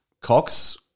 Cox